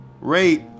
rate